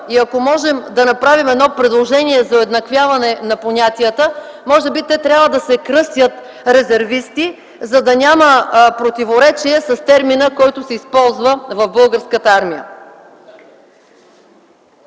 Ако можем да направим предложение за уеднаквяване на понятията, може би те трябва да се кръстят „резервисти”, за да няма противоречие с използвания термин в Българската армия.